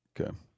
Okay